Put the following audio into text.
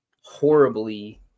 horribly